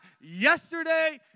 yesterday